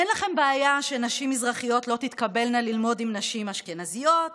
אין לכם בעיה שנשים מזרחיות לא תתקבלנה ללמוד עם נשים אשכנזיות,